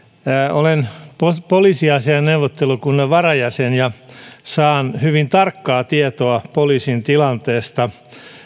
olen poliisiasian neuvottelukunnan varajäsen ja saan hyvin tarkkaa tietoa poliisin tilanteesta